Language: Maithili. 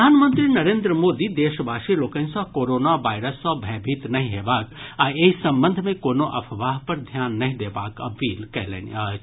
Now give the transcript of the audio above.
प्रधानमंत्री नरेंद्र मोदी देशवासी लोकनि सँ कोरोना वायरस सँ भयभीत नहि हेबाक आ एहि संबंध मे कोनो अफवाह पर ध्यान नहि देबाक अपील कयलनि अछि